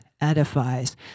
edifies